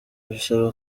bisaba